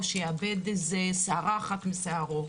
או שיאבד שערה אחת משערו.